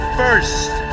first